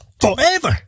forever